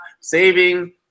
saving